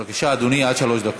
בבקשה, אדוני, עד שלוש דקות.